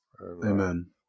Amen